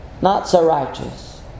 not-so-righteous